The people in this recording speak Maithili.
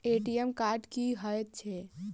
ए.टी.एम कार्ड की हएत छै?